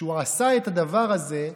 כשהוא עשה את הדבר הזה,